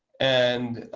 and